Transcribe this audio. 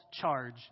charge